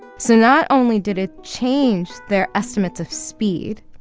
so not only did it change their estimates of speed,